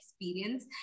experience